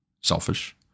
selfish